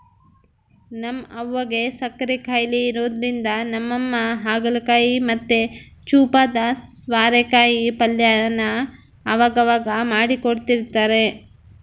ನಮ್ ಅವ್ವುಗ್ ಸಕ್ಕರೆ ಖಾಯಿಲೆ ಇರೋದ್ರಿಂದ ನಮ್ಮಮ್ಮ ಹಾಗಲಕಾಯಿ ಮತ್ತೆ ಚೂಪಾದ ಸ್ವಾರೆಕಾಯಿ ಪಲ್ಯನ ಅವಗವಾಗ ಮಾಡ್ಕೊಡ್ತಿರ್ತಾರ